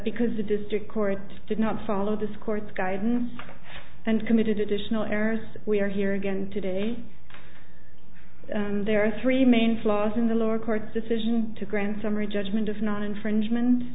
because the district court did not follow this court's guidance and committed additional errors we are here again today there are three main flaws in the lower court's decision to grant summary judgment of not infringement